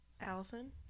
Allison